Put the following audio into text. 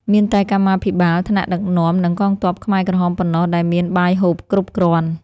មានតែកម្មាភិបាល ថ្នាក់ដឹកនាំ និងកងទ័ពខ្មែរក្រហមប៉ុណ្ណោះដែលមានបាយហូបគ្រប់គ្រាន់។